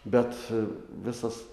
bet visas